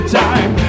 time